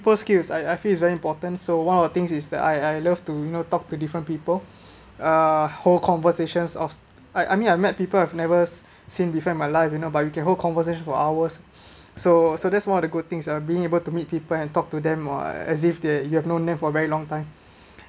skills I I feel is very important so one of the things is that I I love to you know talk to different people uh hold conversations of I I mean I met people I’ve seen before in my life you know but you can hold conversation for hours so so that's one of the good things ah being able to meet people and talk to them as if they you have no meet for very long time